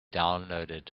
downloaded